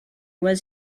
was